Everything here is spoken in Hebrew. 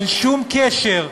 אין שום קשר,